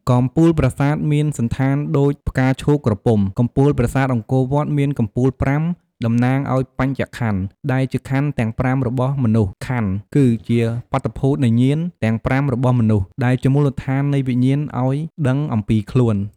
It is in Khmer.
កំពូលប្រាសាទ មានសណ្ឋានដូចផ្កាឈូកក្រពុំ កំពូលប្រាសាទអង្គរវត្ត មានកំពូលប្រាំ តំណាងឱ្យបញ្ចក្ខន្ធ ដែលជាក្ខន្ធទាំង៥របស់មនុស្ស "ក្ខន្ធ" គឺជាបាតុភូត នៃញាណ ទាំង៥ របស់មនុស្ស ដែលជាមូលដ្ឋាននៃវិញ្ញាណឱ្យដឹងអំពីខ្លួន ។